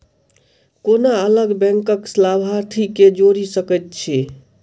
कोना अलग बैंकक लाभार्थी केँ जोड़ी सकैत छी?